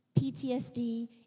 PTSD